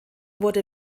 wurde